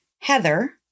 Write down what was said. Heather